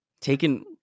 taken